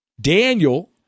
Daniel